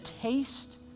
taste